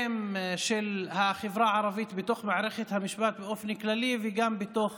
של החברה הערבית בתוך מערכת המשפט באופן כללי וגם בתוך